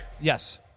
Yes